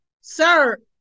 Sir